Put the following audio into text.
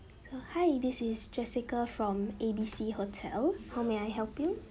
hi this is jessica from A B C hotel how may I help you